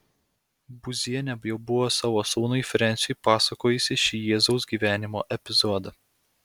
būzienė jau buvo savo sūnui frensiui pasakojusi šį jėzaus gyvenimo epizodą